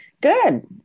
Good